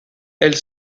elle